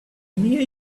near